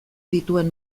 dituen